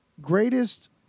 greatest